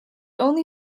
only